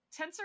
tensor